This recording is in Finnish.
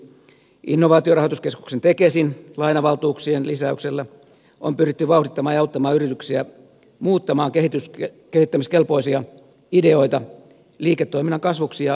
innovaatiorahoituskeskuksen tekesin lainavaltuuksien lisäyksellä on pyritty vauhdittamaan ja auttamaan yrityksiä muuttamaan kehittämiskelpoisia ideoita liiketoiminnan kasvuksi ja työpaikoiksi